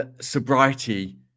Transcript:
Sobriety